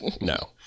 No